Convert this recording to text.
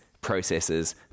processes